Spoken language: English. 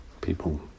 people